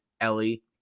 Ellie